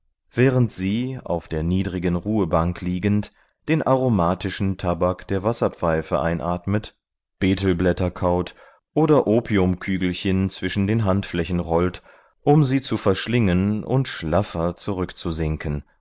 während sie auf der niedrigen ruhebank liegend den aromatischen tabak der wasserpfeife einatmet betelblätter kaut oder opiumkügelchen zwischen den handflächen rollt um sie zu verschlingen und schlaffer zurückzusinken